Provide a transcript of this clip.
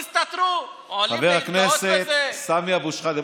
חבר הכנסת סמי אבו שחאדה.